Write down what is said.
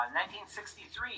1963